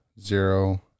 zero